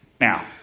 Now